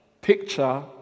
picture